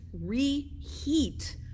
reheat